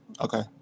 Okay